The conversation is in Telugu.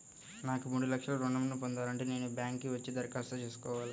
నాకు మూడు లక్షలు ఋణం ను పొందాలంటే నేను బ్యాంక్కి వచ్చి దరఖాస్తు చేసుకోవాలా?